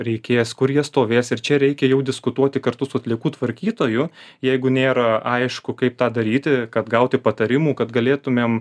reikės kur jie stovės ir čia reikia jau diskutuoti kartu su atliekų tvarkytoju jeigu nėra aišku kaip tą daryti kad gauti patarimų kad galėtumėm